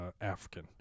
African